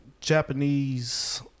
japanese